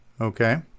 Okay